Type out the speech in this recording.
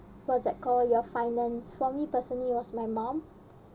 what's that call your finance for me personally it was my mum